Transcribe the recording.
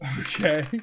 Okay